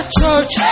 church